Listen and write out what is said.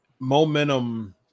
Momentum